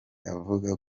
avuga